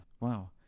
Wow